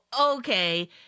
Okay